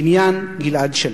עניין גלעד שליט.